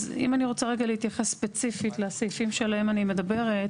אז אם אני רוצה רגע להתייחס ספציפית לסעיפים שעליהם אני מדברת,